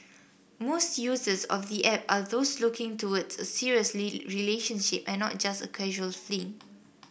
most users of the app are those looking towards a seriously relationship and not just a casual fling